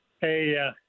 Hey